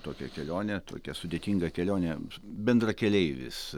tokią kelionę tokią sudėtingą kelionę bendrakeleivis